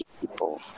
people